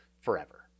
forever